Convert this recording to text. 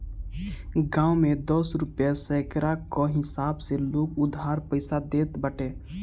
गांव में दस रुपिया सैकड़ा कअ हिसाब से लोग उधार पईसा देत बाटे